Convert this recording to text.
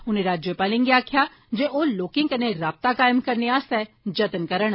उनें राज्यपालें गी आक्खेआ जे ओ लोकें कन्नै राबता कायम करने आसतै जत्न करन